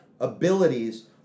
abilities